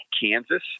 Kansas